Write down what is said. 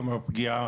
פגיעה